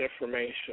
information